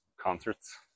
concerts